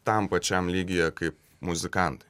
tam pačiam lygyje kaip muzikantai